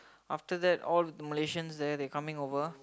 after that all Malaysian they they coming over